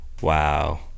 wow